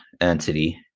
entity